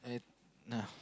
I no